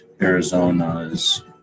Arizona's